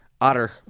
Otter